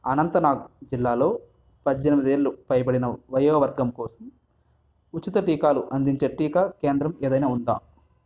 అనంతనాగ్ జిల్లాలో పద్దెనిమిది ఏళ్ళు పైబడిన వయోవర్గం కోసం ఉచిత టీకాలు అందించే టీకా కేంద్రం ఏదైనా ఉందా